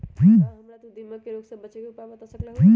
का तू हमरा दीमक के रोग से बचे के उपाय बता सकलु ह?